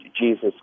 Jesus